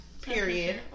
Period